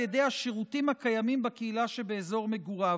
ידי השירותים הקיימים בקהילה שבאזור מגוריו.